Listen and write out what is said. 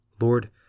Lord